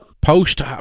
post